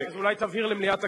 נערב את ראשי הרשויות,